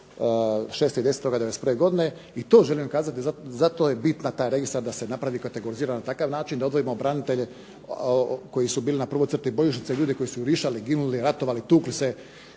6.10.'91. godine. I to želim kazati. Zato je bitan taj registar da se napravi kategorizirano na takav način da odvojimo branitelje koji su bili na prvoj crti bojišnice, ljudi koji su vrištali, ginuli, ratovali, tukli se,